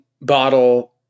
bottle